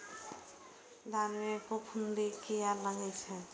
धान में फूफुंदी किया लगे छे?